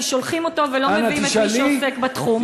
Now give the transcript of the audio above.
כי שולחים אותו ולא מביאים את מי שעוסק בתחום --- אנא תשאלי.